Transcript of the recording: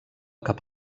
cap